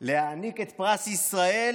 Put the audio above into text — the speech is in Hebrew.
להעניק את פרס ישראל